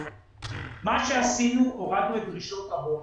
מה עשינו, הורדנו את דרישות ההון